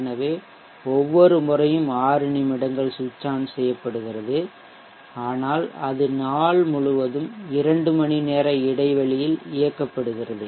எனவே ஒவ்வொரு முறையும் 6 நிமிடங்கள் சுவிட்ச் ஆன் செய்யப்படுகிறது ஆனால் அது நாள் முழுவதும் 2 மணி நேர இடைவெளியில் இயக்கப்படுகிறது